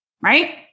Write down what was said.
right